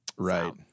Right